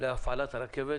להפעלת הרכבת